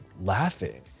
laughing